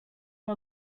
our